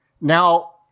now